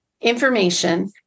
information